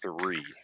three